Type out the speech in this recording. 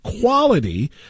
quality